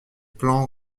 plan